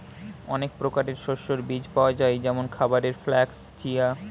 অনেক প্রকারের শস্যের বীজ পাওয়া যায় যেমন খাবারের ফ্লাক্স, চিয়া